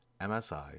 MSI